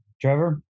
Trevor